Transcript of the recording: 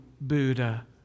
Buddha